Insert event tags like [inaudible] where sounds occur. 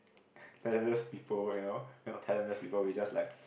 [breath] talentless people well then a talentless people we just like